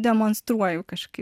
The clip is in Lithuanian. demonstruoju kažkaip